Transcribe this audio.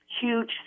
huge